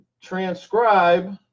transcribe